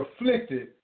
afflicted